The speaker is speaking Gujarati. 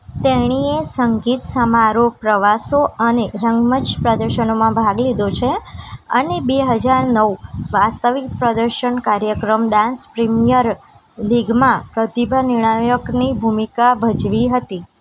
તેણીએ સંગીત સમારોહ પ્રવાસો અને રંગમંચ પ્રદર્શનોમાં ભાગ લીધો છે અને બે હજાર નવ વાસ્તવિક પ્રદર્શન કાર્યક્રમ ડાન્સ પ્રીમિયર લીગમાં પ્રતિભા નિર્ણાયકની ભૂમિકા ભજવી હતી